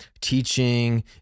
teaching